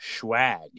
schwag